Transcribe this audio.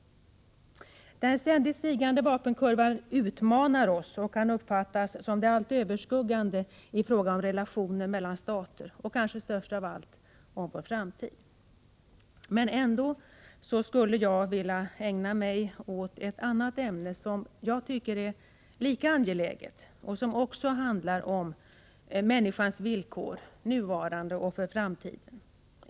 Den ständigt stigande vapenkurvan utmanar oss och kan uppfattas som det allt överskuggande i fråga om relationer mellan stater. Och kanske främst av allt: Det gäller vår framtid. Ändå skulle jag vilja ägna mig åt ett annat ämne, som jag tycker är lika angeläget och som också handlar om människans villkor, nu och för framtiden.